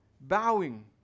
bowing